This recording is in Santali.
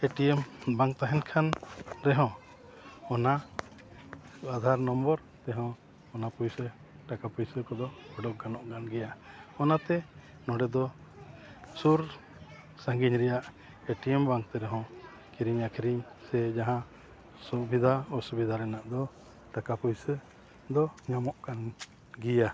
ᱮᱴᱤᱭᱮᱢ ᱵᱟᱝ ᱛᱟᱦᱮᱱ ᱠᱷᱟᱱ ᱨᱮᱦᱚᱸ ᱚᱱᱟ ᱟᱫᱷᱟᱨ ᱱᱚᱢᱵᱚᱨ ᱛᱮᱦᱚᱸ ᱚᱱᱟ ᱯᱩᱭᱥᱟᱹ ᱴᱟᱠᱟ ᱯᱩᱭᱥᱟᱹ ᱠᱚᱫᱚ ᱩᱰᱩᱠ ᱜᱟᱱᱚᱜ ᱠᱟᱱ ᱜᱮᱭᱟ ᱚᱱᱟᱛᱮ ᱱᱚᱰᱮ ᱫᱚ ᱥᱩᱨ ᱥᱟᱺᱜᱤᱧ ᱨᱮᱭᱟᱜ ᱮᱴᱤᱭᱮᱢ ᱵᱟᱝᱛᱮ ᱨᱮᱦᱚᱸ ᱠᱤᱨᱤᱧ ᱟᱹᱠᱷᱨᱤᱧ ᱥᱮ ᱡᱟᱦᱟᱸ ᱥᱩᱵᱤᱫᱷᱟ ᱚᱥᱩᱵᱤᱫᱷᱟ ᱨᱮᱱᱟᱜ ᱫᱚ ᱴᱟᱠᱟ ᱯᱩᱭᱥᱟᱹ ᱫᱚ ᱧᱟᱢᱚᱜ ᱠᱟᱱ ᱜᱮᱭᱟ